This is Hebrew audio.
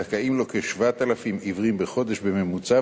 זכאים לו כ-7,000 עיוורים בחודש בממוצע,